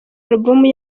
album